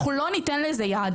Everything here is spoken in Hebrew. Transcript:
אנחנו לא ניתן לזה יד.